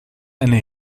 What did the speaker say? eine